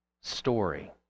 story